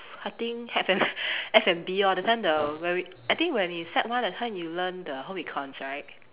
I think F N F&B lor that time the when we I think when we sec one that time you learn the home econs right